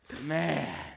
Man